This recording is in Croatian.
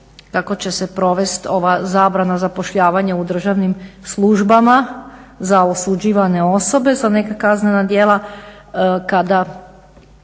kako će se provesti ova zabrana zapošljavanja u državnim službama za osuđivane osobe za neka kaznena djela kada